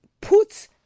puts